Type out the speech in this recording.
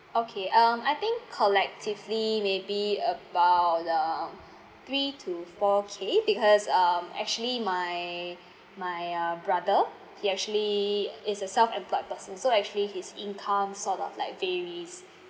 okay um I think collectively maybe about um three to four K because um actually my my uh brother he actually is a self employed person so actually his income sort of like varies